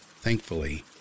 Thankfully